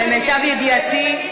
למיטב ידיעתי,